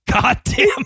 goddamn